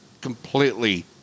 completely